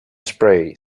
spray